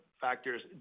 factors